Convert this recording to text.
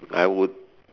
I would